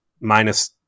minus